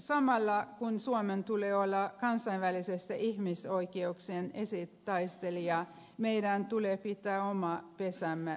samalla kun suomen tulee olla kansainvälisesti ihmisoikeuksien esitaistelija meidän tulee pitää oma pesämme puhtaana